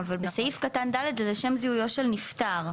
אבל בסעיף קטן (ד) זה לשם זיהויו של נפטר.